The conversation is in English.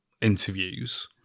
interviews